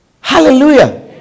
Hallelujah